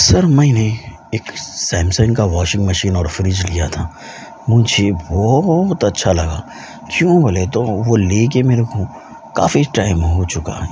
سر میں نے ایک سیمسنگ کا واشنگ مشین اور فریج لیا تھا مجھے بہت اچھا لگا کیوں بولے تو وہ لے کے میرے کو کافی ٹائم ہوچکا ہے